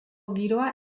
giroa